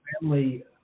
family